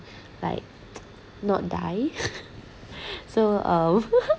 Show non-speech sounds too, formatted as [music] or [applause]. like not die [laughs] so uh [laughs]